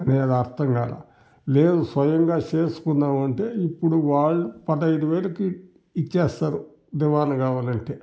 అనేది అర్దం కాలే లేదు స్వయంగా చేసుకుందాం అంటే ఇప్పుడు వాళ్ళు పదిఐదువేలకి ఇచ్చేస్తారు దివాన కావాలంటే